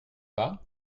pas